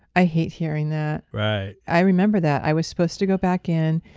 i hate hearing that right i remember that. i was supposed to go back in.